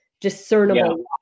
discernible